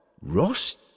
Ross